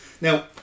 now